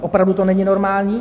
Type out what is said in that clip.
Opravdu to není normální.